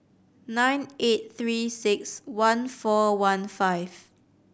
nine eight Three Six One four one five